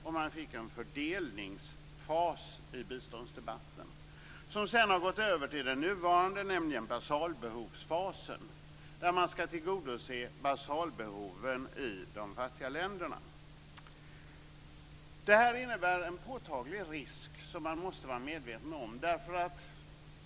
Och man fick en fördelningsfas i biståndsdebatten, som sedan har gått över till den nuvarande fasen, nämligen basalbehovsfasen. Man skall tillgodose basalbehoven i de fattiga länderna. Det här innebär en påtaglig risk som man måste vara medveten om.